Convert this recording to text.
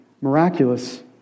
miraculous